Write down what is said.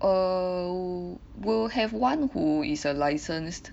err will have one who is a licensed